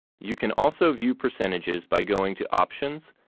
you can also view percentages by going to options,